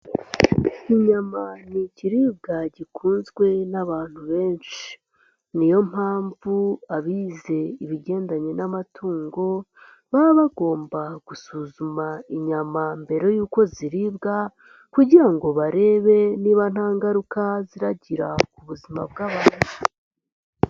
Inyama ni ikiribwa gikunzwe n'abantu benshi, niyo mpamvu abize ibigendanye n'amatungo baba bagomba gusuzuma inyama mbere y'uko ziribwa kugira ngo barebe niba nta ngaruka ziragira ku buzima bw'abantu.